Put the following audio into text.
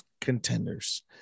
Contenders